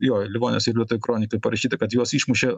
jo livonijos eiliuotoje kronikoj parašyta kad juos išmušė